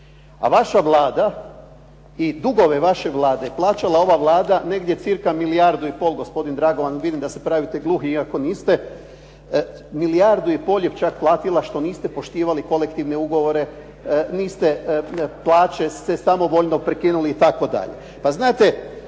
a vaša Vlada i dugove vaše Vlade je plaćala ova Vlada negdje cirka milijardu i pol. Gospodine Dragovan vidim da se pravite gluhi iako niste. Milijardu i pol je čak platila što niste poštivali kolektivne ugovore, plaće ste samovoljno prekinuli itd.